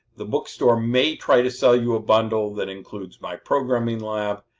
the bookstore may try to sell you a bundle that includes myprogramminglab,